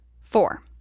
Four